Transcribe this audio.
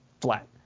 flat